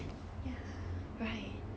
ya